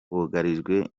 bugarijwe